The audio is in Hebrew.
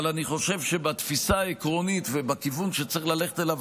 אבל אני חושב שבתפיסה העקרונית ובכיוון שצריך ללכת אליו,